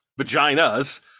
vaginas